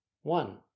One